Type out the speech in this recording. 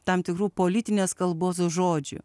tam tikrų politinės kalbos žodžių